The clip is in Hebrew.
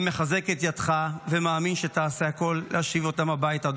אני מחזק את ידיך ומאמין שתעשה את הכול להשיב אותם הביתה,